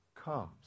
comes